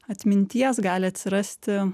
atminties gali atsirasti